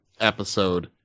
episode